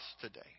today